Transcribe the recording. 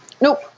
Nope